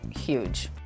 huge